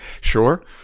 Sure